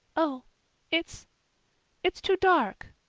oh it's it's too dark,